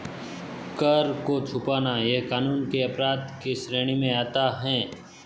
कर को छुपाना यह कानून के अपराध के श्रेणी में आता है